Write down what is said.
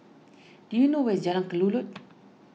do you know where is Jalan Kelulut